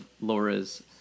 Laura's